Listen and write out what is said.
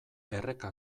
erreka